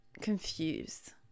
confused